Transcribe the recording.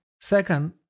Second